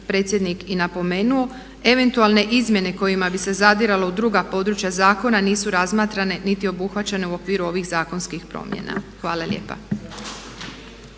predsjednik i napomenuo. Eventualne izmjene kojima bi se zadiralo u druga područja zakona nisu razmatrane niti obuhvaćene u okviru ovih zakonskih promjena. Hvala lijepa.